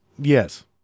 Yes